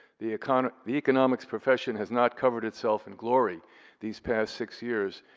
the kind of the economics professions has not covered itself in glory these past six years.